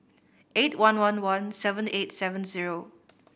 eight one one one seven eight seven zero